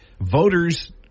voters